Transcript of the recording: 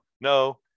no